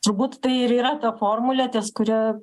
turbūt tai ir yra ta formulė ties kuria